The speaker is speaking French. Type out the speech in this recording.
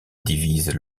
divisent